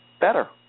better